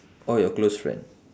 or your close friend